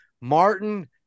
Martin